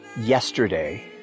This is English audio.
yesterday